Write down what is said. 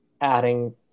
adding